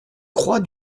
croix